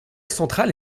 centrale